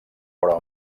però